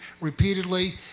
repeatedly